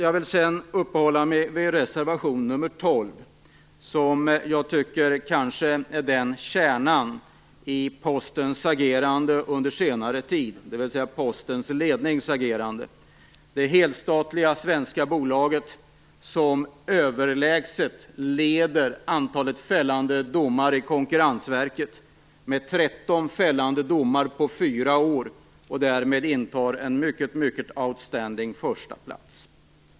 Jag vill sedan uppehålla mig vid reservation nr 12, som jag tycker visar på kärnan i Postens lednings agerande under senare tid. Det helstatliga svenska bolaget leder överlägset i fråga om antal fällande domar i Konkurrensverket. Man har fått 13 fällande domar på fyra år och är därmed outstanding på förstaplatsen.